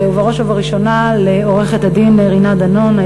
ובראש ובראשונה לעורכת-הדין רינת דנון,